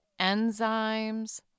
enzymes